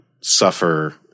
suffer